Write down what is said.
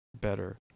better